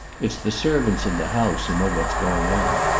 it's the servants in the house who know what is going on.